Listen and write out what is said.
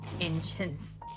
engines